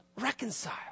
Reconcile